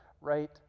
right